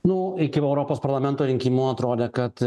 nu iki europos parlamento rinkimų atrodė kad